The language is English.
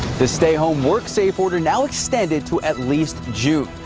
the stay home work safe order now extended to at least june.